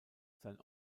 sein